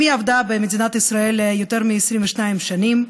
אם היא עבדה במדינת ישראל יותר מ-22 שנים,